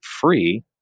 free